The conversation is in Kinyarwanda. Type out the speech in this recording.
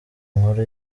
nkuru